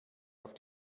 auf